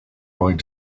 going